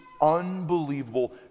unbelievable